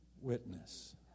witness